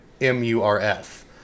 M-U-R-F